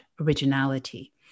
originality